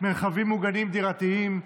מרחבים מוגנים דירתיים,